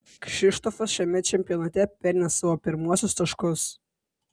kšištofas šiame čempionate pelnė savo pirmuosius taškus